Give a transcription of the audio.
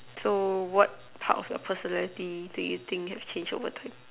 so what part of your personality do you think have changed over time